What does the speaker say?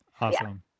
Awesome